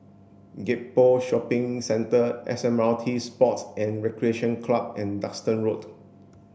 Gek Poh Shopping Centre S M R T Sports and Recreation Club and Duxton Road